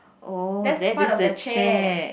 oh that is the chair